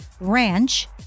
ranch